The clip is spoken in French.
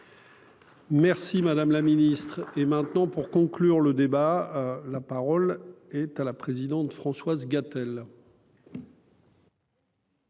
Merci madame la ministre. Et maintenant, pour conclure le débat. La parole est à la présidente Françoise Gatel.